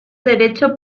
derecho